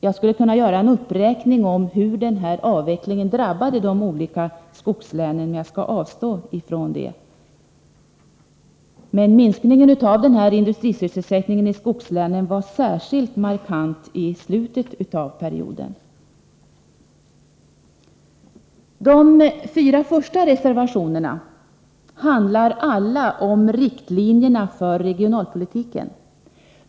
Jag skulle kunna göra en uppräkning av hur den här avvecklingen drabbade de olika skogslänen, men jag skall avstå från det. Minskningen av industrisysselsättningen i skogslänen var emellertid särskilt markant i slutet av perioden. Fru talman! De fyra första reservationerna handlar alla om riktlinjerna för regionalpolitiken.